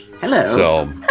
Hello